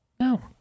No